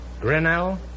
Grinnell